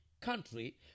country